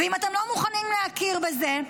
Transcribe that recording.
ואם אתם לא מוכנים להכיר בזה,